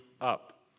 up